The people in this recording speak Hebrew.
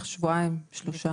כשבועיים-שלושה.